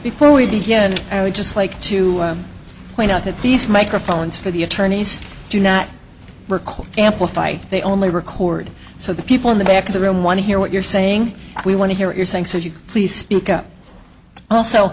before we begin i would just like to point out that these microphones for the attorneys do not recall amplify they only record so the people in the back of the room want to hear what you're saying we want to hear what you're saying so if you please speak up also